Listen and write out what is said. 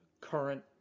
current